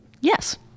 Yes